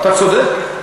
אתה צודק.